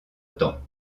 temps